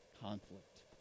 conflict